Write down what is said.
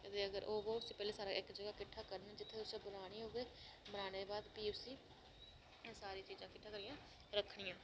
ते अगर पैह्ला सारा समान इक जगह् किट्ठा कीते ते बनाने दे बाद भी उसी नुआढ़े सारे चीजां किट्ठा करियै रक्खनियां